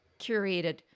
curated